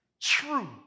True